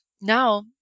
now